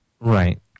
Right